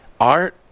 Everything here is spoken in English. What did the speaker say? Art